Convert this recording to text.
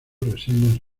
reseñas